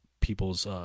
people's